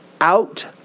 out